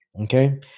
Okay